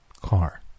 car